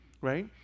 right